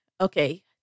okay